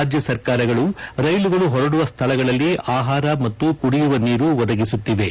ರಾಜ್ಯ ಸರ್ಕಾರಗಳು ರೈಲುಗಳು ಹೊರಡುವ ಸ್ಥಳಗಳಲ್ಲಿ ಆಪಾರ ಮತ್ತು ಕುಡಿಯುವ ನೀರು ಒದಗಿಸುತ್ತಿವೆ